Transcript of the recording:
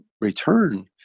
return